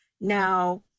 Now